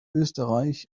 österreich